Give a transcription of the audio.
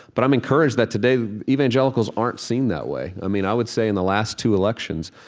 but i'm encouraged that today evangelicals aren't seen that way. i mean, i would say in the last two elections,